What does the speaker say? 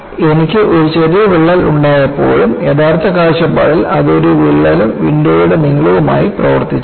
അതിനാൽ എനിക്ക് ഒരു ചെറിയ വിള്ളൽ ഉണ്ടായപ്പോൾ യഥാർത്ഥ കാഴ്ചപ്പാടിൽ അത് ഒരു വിള്ളലും വിൻഡോയുടെ നീളവും ആയി പ്രവർത്തിച്ചു